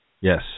yes